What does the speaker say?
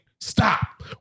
stop